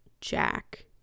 Jack